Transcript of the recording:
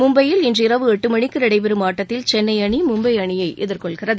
மும்பையில் இன்று இரவு எட்டு மணிக்கு நடைபெறும் ஆட்டத்தில் சென்னை அணி மும்பை அணியை எதிர்கொள்கிறது